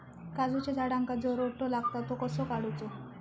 काजूच्या झाडांका जो रोटो लागता तो कसो काडुचो?